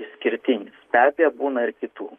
išskirtinius be abejo būna ir kitų